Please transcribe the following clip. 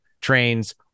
trains